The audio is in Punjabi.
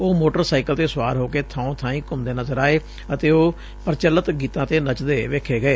ਉਹ ਮੋਟਰ ਸਾਈਕਲ ਤੇ ਸੁਆਰ ਹੋ ਕੇ ਬਾਓ ਬਾਈਂ ਘੁੰਮ ਦੇ ਨਜ਼ਰ ਆਏ ਅਤੇ ਉਹ ਪ੍ਰਚੱਲਤ ਗੀਤਾਂ ਤੇ ਨਚਦੇ ਵੇਖੇ ਗਏ